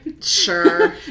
Sure